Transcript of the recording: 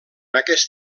aquest